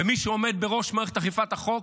ומי שעומד בראש מערכת אכיפת החוק,